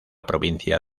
provincia